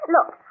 Look